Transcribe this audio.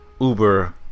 uber